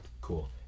Cool